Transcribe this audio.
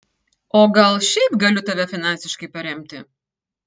o gal šiaip galiu tave finansiškai paremti